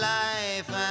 life